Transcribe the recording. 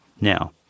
Now